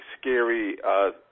scary